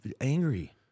angry